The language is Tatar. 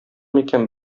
микән